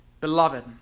Beloved